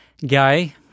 Guy